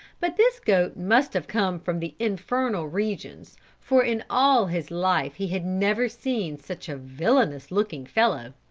but this goat must have come from the infernal regions for in all his life he had never seen such a villainous looking fellow.